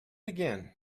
again